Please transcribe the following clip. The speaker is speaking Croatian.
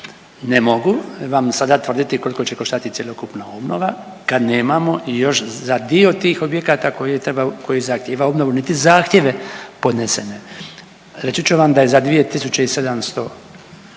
Ne mogu vam sada tvrditi koliko će koštati cjelokupna obnova kad nemamo još dio tih objekata koji treba, koji zahtjeva obnovu niti zahtjeve podnesene. Reći ću vam da je za 2.700,